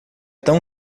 tão